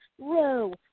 row